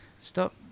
stop